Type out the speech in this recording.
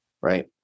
right